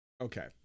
okay